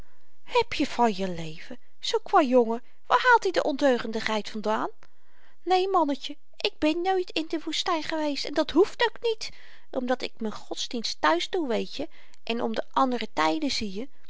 heb je van je leven zoo'n kwajongen waar haalt i de ondeugendigheid vandaan neen mannetje ik ben nooit in de woestyn geweest en dat hoeft ook niet omdat ik m'n godsdienst thuis doe weetje en om de andere tyden zieje